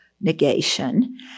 negation